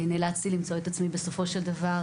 נאלצתי למצוא את עצמי בסופו של דבר,